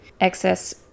excess